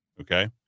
Okay